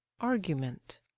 Argument